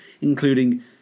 including